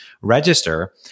register